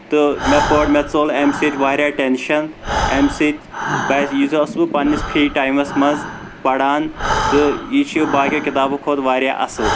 تہٕ مےٚ پٔر مےٚ ژوٚل امہِ سۭتۍ واریاہ ٹٮ۪نشٮ۪ن امہِ سۭتۍ یہِ زن سُہ پننِس فری ٹایمَس منٛز پران تہٕ یہِ چھِ باقٕیو کِتابو کھۄتہٕ واریاہ اصٕل